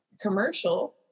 commercial